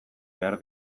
behar